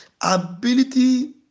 ability